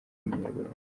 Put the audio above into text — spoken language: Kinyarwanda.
w’umunyarwanda